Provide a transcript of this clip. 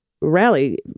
rally